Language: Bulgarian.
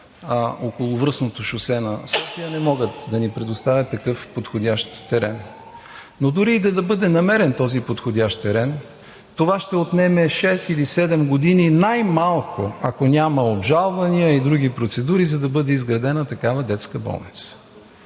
Околовръстното шосе на София не могат да ни предоставят такъв подходящ терен. Но дори и да бъде намерен този подходящ терен, това ще отнеме шест или седем години най-малко, ако няма обжалвания и други процедури, за да бъде изградена такава детска болница.